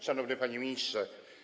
Szanowny Panie Ministrze!